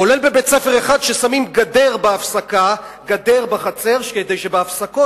כולל בית-ספר אחד ששמים בו גדר בחצר כדי שבהפסקות